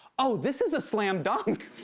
oh, this is a slam dunk.